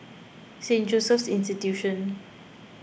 Saint Joseph's Institution